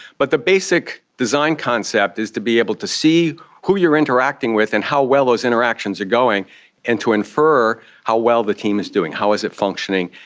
but the basic design concept is to be able to see who you are interacting with and how well those interactions are going and to infer how well the team is doing, how is it functioning,